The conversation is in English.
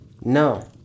No